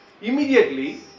immediately